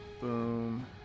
Boom